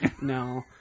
no